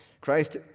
Christ